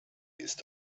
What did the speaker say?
ist